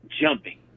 jumping